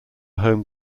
home